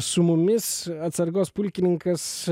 su mumis atsargos pulkininkas